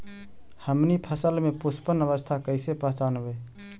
हमनी फसल में पुष्पन अवस्था कईसे पहचनबई?